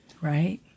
Right